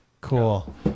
Cool